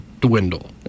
dwindle